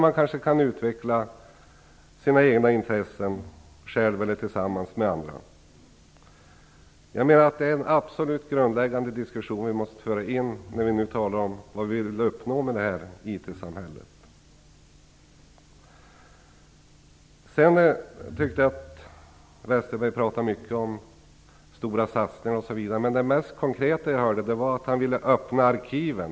Man kanske kan utveckla sina egna intressen själv eller tillsammans med andra. Jag menar att det är en absolut grundläggande diskussion som vi måste föra in när vi talar om vad vi vill uppnå med IT-samhället. Westerberg pratade mycket om stora satsningar osv., men det mest konkreta jag hörde var att han ville öppna arkiven.